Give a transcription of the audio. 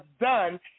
done